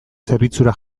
zerbitzura